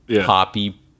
poppy